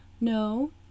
no